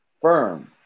firm